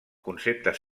conceptes